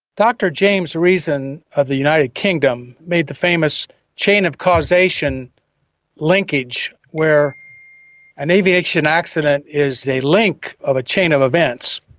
dr james reason from the united kingdom made the famous chain of causation linkage where an aviation accident is a link of a chain of events,